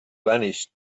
vanished